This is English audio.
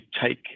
take